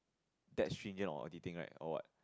that stringent auditing right or what